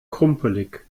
krumpelig